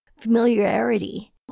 familiarity